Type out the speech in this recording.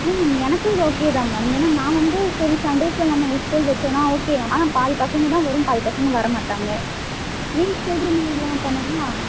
ma'am எனக்கும் இது okay தான் மேம் ஏனால் நான் வந்து சரி சண்டேஸில் நம்ம ஸ்கூல் வைச்சோனா ஓகே ஆனால் பாதி பசங்கள் தான் வரும் பாதி பசங்கள் வரமாட்டாங்க நீங்கள் சொல்லுற மாதிரிலாம் பண்ணிணோம்னா